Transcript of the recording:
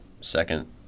second